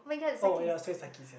oh ya